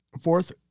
Fourth